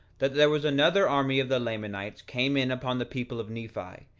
that there was another army of the lamanites came in upon the people of nephi,